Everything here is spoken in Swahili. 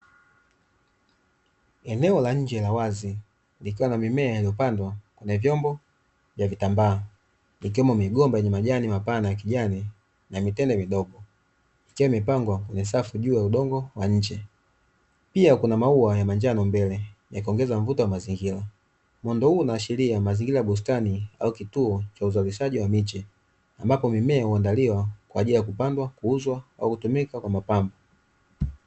Eneo la nje la wazi likawa na mimea yaliyopandwa na vyombo vya vitambaa ikiwemo migomba yenye majani mapana ya kijani na mitende midogo pia mipango ni safi juu ya udongo wa nje, kuna maua ya manjano mbele ya kuongeza mvuto wa mazingira muundo huu unaashiria mazingira ya bustani au, cha uzalishaji wa miche ambapo mimea huandaliwa kwa ajili ya kupandwa kuuzwa au kutumika kwa mapambo.